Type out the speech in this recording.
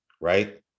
Right